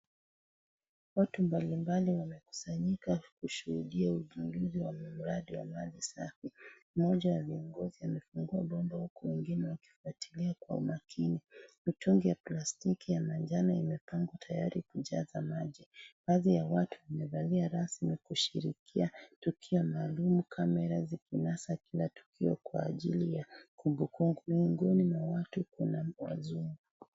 Watu mbali mbali wamekusanyika kushuhudia uzinduzi wa mradi wa maji safi, mmoja wa viongozi amefungua bomba huku wengine wakifuatilia kwa umakini mitungi ya plastiki ya manjano imepangwa ili kujaza maji, baadhi ya watu wamevalia rasmi kushirikia tukio maalum, kamera zikinasa kila tukio kwa ajili ya kumbu kumbu, miongoni mwa watu kuna wazungu.